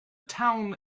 town